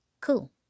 cool